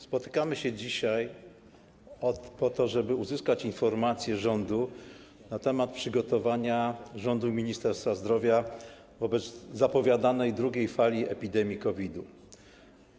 Spotykamy się dzisiaj ot, po to, żeby uzyskać informację rządu na temat przygotowania rządu i Ministerstwa Zdrowia wobec zapowiadanej drugiej fali epidemii COVID-u.